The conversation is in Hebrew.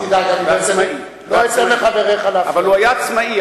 אבל הוא היה עצמאי.